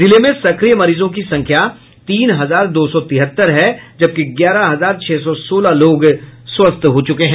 जिले में सक्रिय मरीजों की संख्या तीन हजार दो सौ तिहत्तर है जबकि ग्यारह हजार छह सौ सोलह लोग स्वस्थ हो चुके हैं